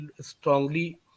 strongly